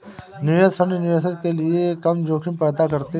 निवेश फंड निवेशकों के लिए कम जोखिम पैदा करते हैं